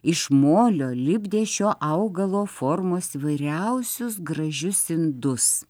iš molio lipdė šio augalo formos įvairiausius gražius indus